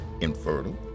infertile